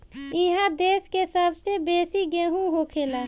इहा देश के सबसे बेसी गेहूं होखेला